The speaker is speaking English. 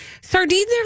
Sardines